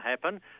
happen